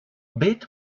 bit